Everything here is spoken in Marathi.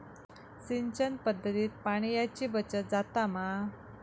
सिंचन पध्दतीत पाणयाची बचत जाता मा?